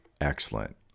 excellent